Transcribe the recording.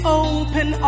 open